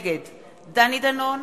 נגד דני דנון,